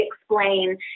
explain